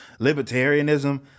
libertarianism